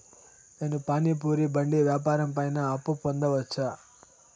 నేను పానీ పూరి బండి వ్యాపారం పైన అప్పు పొందవచ్చా?